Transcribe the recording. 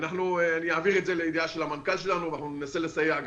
אני אעביר את זה לידיעת המנכ"ל שלנו וננסה לסייע בנושא.